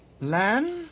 Land